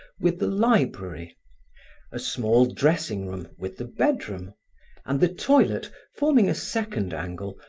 with the library a small dressing room, with the bedroom and the toilet, forming a second angle,